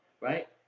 right